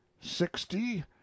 sixty